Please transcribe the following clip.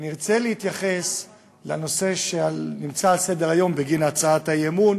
אני ארצה להתייחס לנושא שנמצא על סדר-היום בגין הצעת האי-אמון,